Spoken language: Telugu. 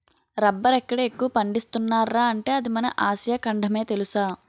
రబ్బరెక్కడ ఎక్కువ పండిస్తున్నార్రా అంటే అది మన ఆసియా ఖండమే తెలుసా?